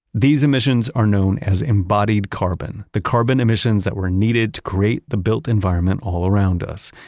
these emissions are known as embodied carbon, the carbon emissions that were needed to create the built environment all around us.